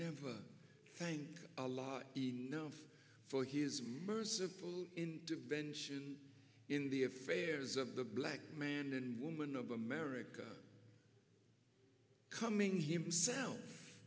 never thank a lot for his merciful intervention in the affairs of the black man and woman of america coming himself